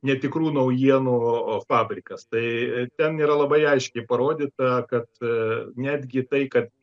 netikrų naujienų fabrikas tai ten yra labai aiškiai parodyta kad netgi tai kad